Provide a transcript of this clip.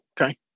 Okay